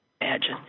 Imagine